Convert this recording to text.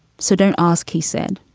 so don't ask. he said,